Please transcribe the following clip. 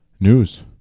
news